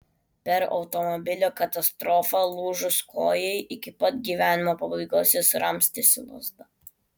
per automobilio katastrofą lūžus kojai iki pat gyvenimo pabaigos jis ramstėsi lazda